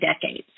decades